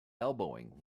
elbowing